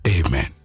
Amen